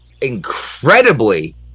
incredibly